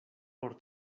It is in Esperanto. por